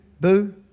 boo